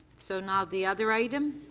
so now, the other item.